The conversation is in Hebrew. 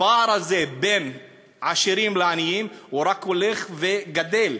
הפער הזה בין עשירים לעניים רק הולך וגדל,